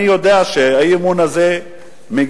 אני יודע שהאי-אמון הזה מגיע,